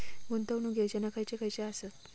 गुंतवणूक योजना खयचे खयचे आसत?